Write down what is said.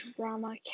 drama